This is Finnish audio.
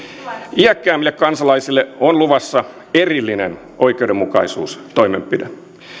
iäkkäämmille kansalaisille on luvassa erillinen oikeudenmukaisuustoimenpide